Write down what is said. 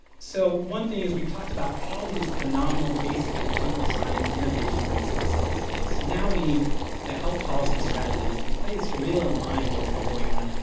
so one thing is we've talked about all these phenomenal, basic, and clinical signs, innovations in sickle cell disease, so now we need the health policy strategies in place to really align what's been going on,